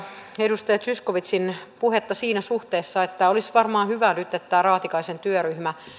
edustaja zyskowiczin puhetta siinä suhteessa että olisi varmaan hyvä nyt että tämä raatikaisen työryhmä